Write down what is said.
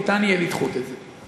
ניתן יהיה לדחות את זה.